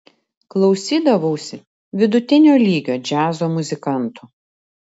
klausydavausi vidutinio lygio džiazo muzikantų